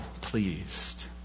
pleased